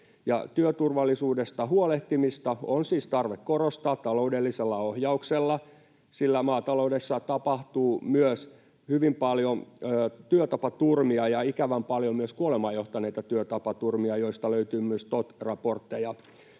Työturvallisuudesta huolehtimista on siis tarve korostaa taloudellisella ohjauksella, sillä maataloudessa tapahtuu myös hyvin paljon työtapaturmia ja ikävän paljon myös kuolemaan johtaneita työtapaturmia, joista löytyy myös TOT-raportteja.